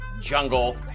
jungle